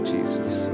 Jesus